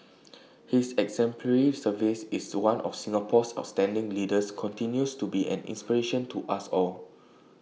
his exemplary service is The One of Singapore's outstanding leaders continues to be an inspiration to us all